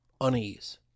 unease